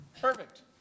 Perfect